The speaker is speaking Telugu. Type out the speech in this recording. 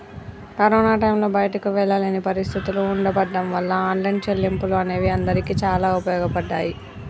కరోనా టైంలో బయటికి వెళ్ళలేని పరిస్థితులు ఉండబడ్డం వాళ్ళ ఆన్లైన్ చెల్లింపులు అనేవి అందరికీ చాలా ఉపయోగపడ్డాయి